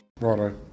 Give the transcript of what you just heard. Righto